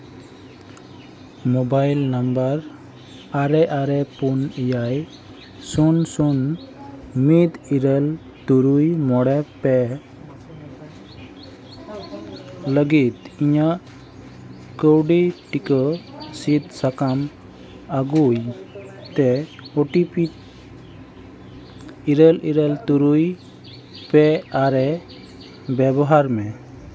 mobile number ᱟᱨᱮ ᱟᱨᱮ ᱯᱩᱱ ᱮᱭᱟᱭ ᱥᱩᱱ ᱥᱩᱱ ᱢᱤᱫ ᱤᱨᱟᱹᱞ ᱛᱩᱨᱩᱭ ᱢᱚᱬᱮ ᱯᱮ ᱞᱟᱹᱜᱤᱫ ᱤᱧᱟᱹᱜ ᱠᱟᱹᱣᱰᱤ ᱴᱤᱠᱟᱹ ᱥᱤᱫᱽ ᱥᱟᱠᱟᱢ ᱟᱹᱜᱩᱧ ᱛᱮ ᱳ ᱴᱤ ᱯᱤ ᱤᱨᱟᱹ ᱤᱨᱟᱹᱞ ᱛᱩᱨᱩᱭ ᱯᱮ ᱟᱨᱮ ᱵᱮᱵᱚᱦᱟᱨ ᱢᱮ